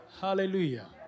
Hallelujah